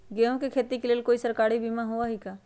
गेंहू के खेती के लेल कोइ सरकारी बीमा होईअ का?